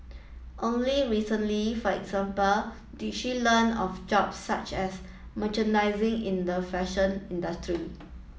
only recently for example did she learn of jobs such as merchandising in the fashion industry